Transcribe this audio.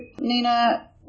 Nina